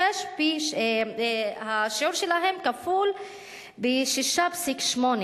השיעור שלהם הוא פי-6.8.